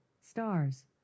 Stars